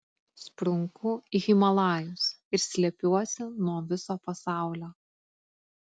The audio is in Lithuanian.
sprunku į himalajus ir slepiuosi nuo viso pasaulio